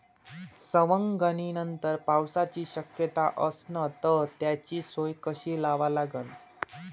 सवंगनीनंतर पावसाची शक्यता असन त त्याची सोय कशी लावा लागन?